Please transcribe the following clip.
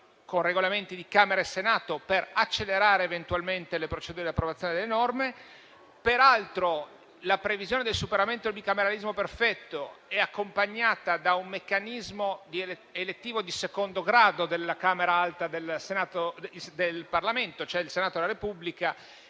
con i Regolamenti di Camera e Senato, per accelerare eventualmente le procedure di approvazione delle norme. Peraltro, la previsione del superamento del bicameralismo perfetto è accompagnata da un meccanismo elettivo di secondo grado della Camera alta del Parlamento, cioè del Senato della Repubblica,